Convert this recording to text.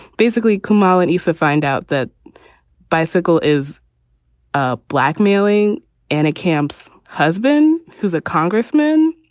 basically, kemal and isa find out that bicycle is ah blackmailing anna camp's husband, who's a congressman.